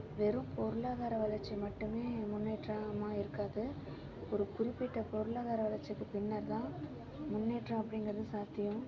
வெறும் பொருளாதார வளர்ச்சி மட்டுமே முன்னேற்றாமாக இருக்காது ஒரு குறிப்பிட்ட பொருளாதார வளர்ச்சிக்கு பின்னர் தான் முன்னேற்றோம் அப்படிங்றது சாத்தியம்